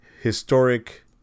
historic